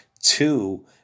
two